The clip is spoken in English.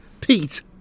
Pete